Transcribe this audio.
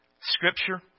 Scripture